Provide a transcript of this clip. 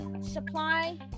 supply